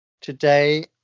Today